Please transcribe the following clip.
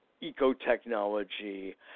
eco-technology